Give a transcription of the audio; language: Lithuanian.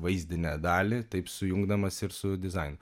vaizdinę dalį taip sujungdamas ir su dizainu